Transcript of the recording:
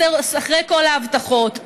אחרי כל ההבטחות,